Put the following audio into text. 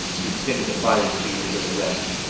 he extended the fire extinguisher to rex.